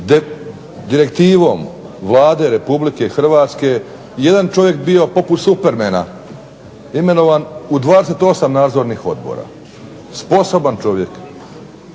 direktivom Vlade Republike Hrvatske jedan čovjek poput Supermena imenovan u 28 nadzornih odbora, sposoban čovjek,